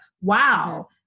wow